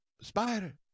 Spider